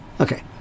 Okay